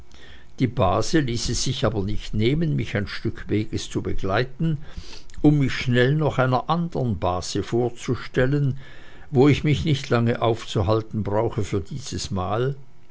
die base ließ es sich aber nicht nehmen mich ein stück weges zu begleiten um mich schnell noch einer anderen base vorzustellen wo ich mich nicht lange aufzuhalten brauche für dieses mal